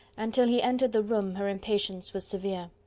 and till he entered the room her impatience was severe.